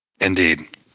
Indeed